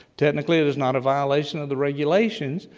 technically it is not a violation of the regulations,